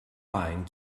line